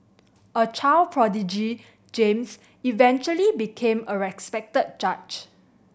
a child prodigy James eventually became a respected judge